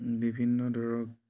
বিভিন্ন ধৰক